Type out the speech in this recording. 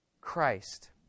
Christ